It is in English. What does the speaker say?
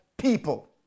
people